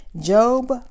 Job